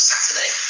Saturday